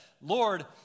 Lord